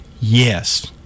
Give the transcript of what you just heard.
Yes